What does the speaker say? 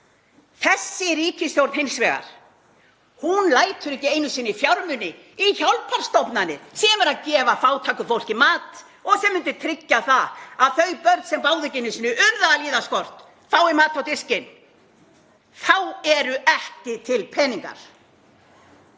Þessi ríkisstjórn hins vegar lætur ekki einu sinni fjármuni í hjálparstofnanir sem eru að gefa fátæku fólki mat, sem myndi tryggja það að þau börn sem báðu ekki einu sinni um það að líða skort fái mat á diskinn. Þá eru ekki til peningar.